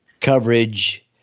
coverage